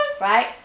Right